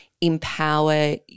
empower